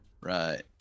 Right